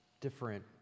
different